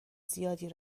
زیادی